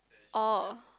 oh